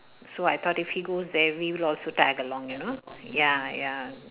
so I thought if he goes there we will also tag along you know ya ya